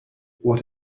what